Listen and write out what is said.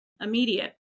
immediate